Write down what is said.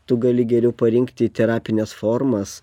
tu gali geriau parinkti terapines formas